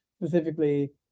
specifically